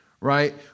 right